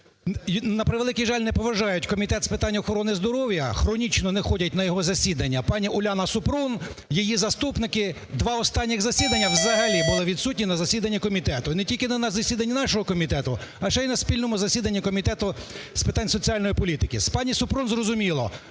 на превеликий жаль, не поважають Комітет з питань охорони здоров'я, хронічно не ходять на його засідання. Пані Уляна Супрун, її заступники два останніх засідання взагалі були відсутні на засіданні комітету, і не тільки на засіданні нашого комітету, а ще й на спільному засіданні Комітету з питань соціальної політики. З пані Супрун зрозуміло: